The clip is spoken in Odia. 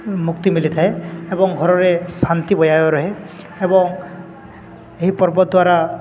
ମୁକ୍ତି ମିଳିଥାଏ ଏବଂ ଘରରେ ଶାନ୍ତି ବଜାୟ ରହେ ଏବଂ ଏହି ପର୍ବ ଦ୍ୱାରା